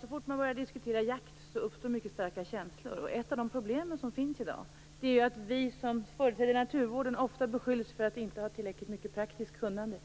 Så fort man börjar diskutera jakt uppstår mycket starka känslor. Ett av de problem som finns är att vi som företräder naturvården ofta beskylls för att inte ha tillräckligt mycket praktiskt kunnande.